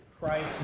Christ